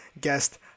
guest